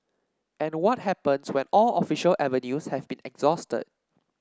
and what happens when all official avenues have been exhausted